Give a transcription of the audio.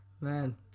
Man